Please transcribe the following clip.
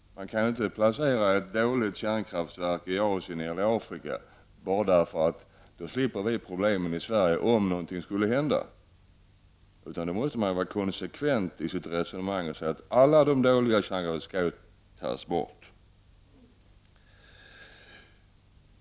Man kan inte placera dåliga kärnkraftverk i Asien eller Afrika bara därför att vi skall slippa problemen i Sverige om någonting händer. Man måste vara konsekvent och säga att alla dåliga kärnkraftverk skall tas bort.